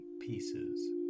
pieces